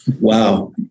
Wow